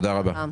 תודה רבה.